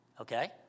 okay